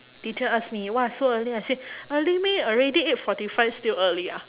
teacher ask me !wah! so early I say early meh already eight forty five still early ah